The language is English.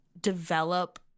develop